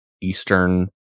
Eastern